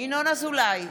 ינון אזולאי,